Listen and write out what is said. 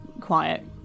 quiet